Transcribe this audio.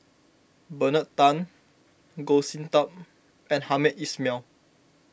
Bernard Tan Goh Sin Tub and Hamed Ismail